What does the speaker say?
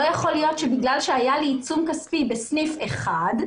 לא יכול להיות שבגלל שהיה לי עיצום כספי בסניף אחד,